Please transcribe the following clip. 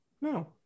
No